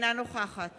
אינה נוכחת